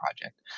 project